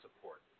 support